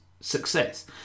success